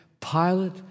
Pilate